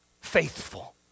Faithful